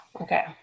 Okay